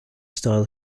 style